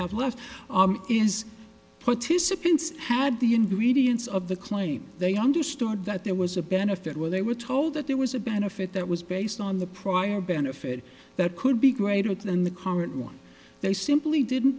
have left is participants had the ingredients of the claim they understood that there was a benefit where they were told that there was a benefit that was based on the prior benefit that could be greater than the current one they simply didn't